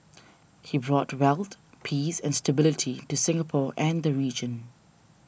he brought wealth peace and stability to Singapore and the region